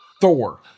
Thor